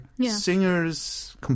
singers